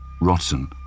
rotten